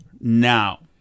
now